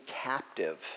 captive